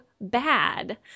bad